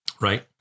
Right